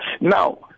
Now